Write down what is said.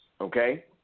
Okay